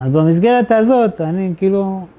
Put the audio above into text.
אז במסגרת הזאת, אני כאילו...